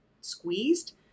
squeezed